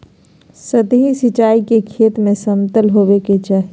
सतही सिंचाई के खेत के समतल होवे के चाही